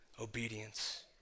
obedience